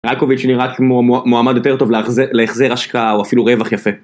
רייקוביץ' הוא נראה כמו מועמד יותר טוב להחזיר השקעה, או אפילו רווח יפה.